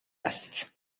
است